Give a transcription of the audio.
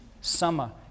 Summer